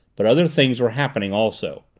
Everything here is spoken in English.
but other things were happening also.